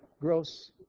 gross